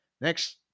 Next